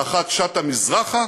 האחת שטה מזרחה